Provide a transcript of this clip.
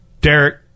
Derek